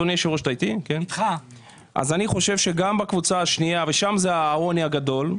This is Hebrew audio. שם זה העוני הגדול,